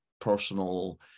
personal